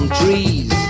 trees